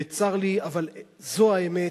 וצר לי, אבל זו האמת.